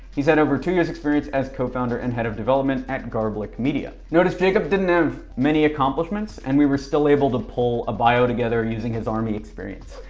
he's had over two years experience as co-founder and head of development at garblic media. notice jacob didn't have many accomplishments and we were still able to pull a bio together using his army experience.